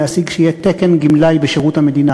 להשיג שיהיה תקן גמלאי בשירות המדינה.